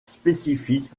spécifique